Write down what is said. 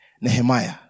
Nehemiah